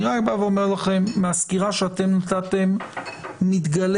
אני רק אומר לכם שמהסקירה שנתתם מתגלה